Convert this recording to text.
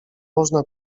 można